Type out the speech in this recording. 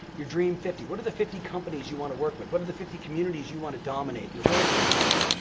your dream fifty, what are the fifty companies you wanna work with, what are the fifty communities you wanna dominate in the real estate space.